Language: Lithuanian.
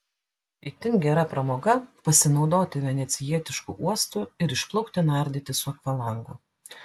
itin gera pramoga pasinaudoti venecijietišku uostu ir išplaukti nardyti su akvalangu